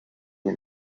les